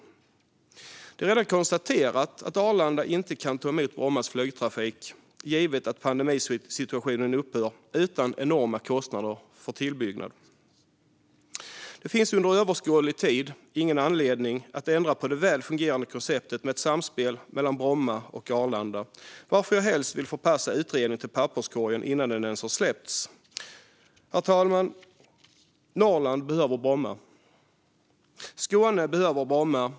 Givet att pandemisituationen upphör är det redan konstaterat att Arlanda inte kan ta emot Brommas flygtrafik utan enorma kostnader för tillbyggnad. Det finns under överskådlig tid ingen anledning att ändra på det väl fungerande konceptet med ett samspel mellan Bromma och Arlanda, varför jag helst vill förpassa utredningen till papperskorgen innan den ens har släppts. Herr talman! Norrland behöver Bromma. Skåne behöver Bromma.